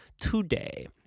today